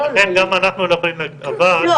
לכן גם אנחנו לא יכולים --- אתה לא עונה לי.